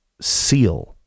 seal